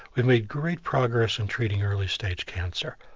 we've made great progress in treating early-stage cancer.